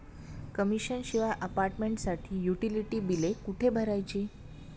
Commission शिवाय अपार्टमेंटसाठी utility बिले कुठे भरायची?